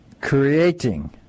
creating